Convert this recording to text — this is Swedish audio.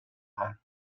här